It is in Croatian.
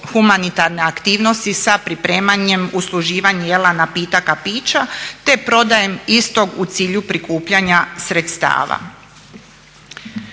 humanitarne aktivnosti sa pripremanjem, usluživanje jela, napitaka, pića te prodajom istog u cilju prikupljanja sredstava.